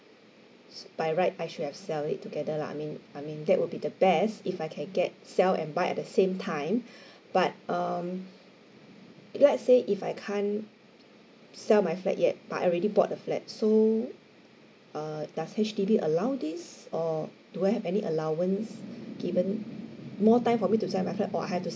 s~ by right I should have sell it together lah I mean I mean that would be the best if I can get sell and buy at the same time but um uh let's say if I can't sell my flat yet but I already bought the flat so uh does H_D_B allow this or do I have any allowance given more time for me to sell my flat or I have to